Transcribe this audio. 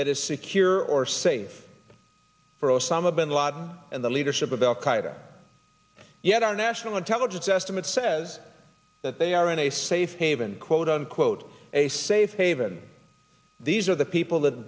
that is secure or safe for osama bin laden and the leadership of al qaeda yet our national intelligence estimate says that they are in a safe and quote unquote a safe haven these are the people that